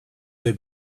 they